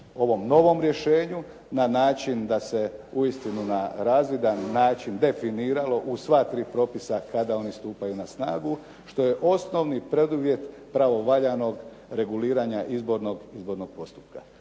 ovom novom rješenju na način da se uistinu na razvidan način definiralo u sva tri propisa kada oni stupaju na snagu što je osnovni preduvjet pravovaljanog reguliranja izbornog postupka